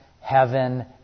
heaven